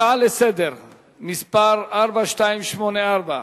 בהצעה לסדר-היום מס' 4284: